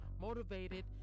motivated